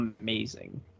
Amazing